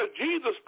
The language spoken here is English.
Jesus